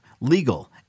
legal